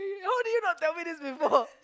how did you not tell me this before